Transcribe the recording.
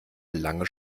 lange